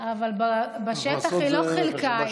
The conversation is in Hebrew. אבל בשטח היא לא חילקה.